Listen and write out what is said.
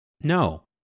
no